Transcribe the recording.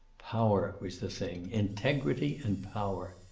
power was the thing, integrity and power.